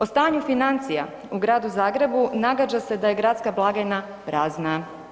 O stanju financija u gradu Zagrebu nagađa se da je gradska blagajna prazna.